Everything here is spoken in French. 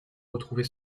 retrouver